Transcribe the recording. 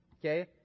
okay